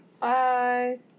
Bye